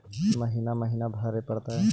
महिना महिना भरे परतैय?